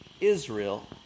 Israel